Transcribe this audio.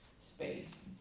space